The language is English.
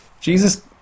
Jesus